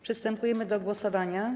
Przystępujemy do głosowania.